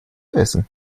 essen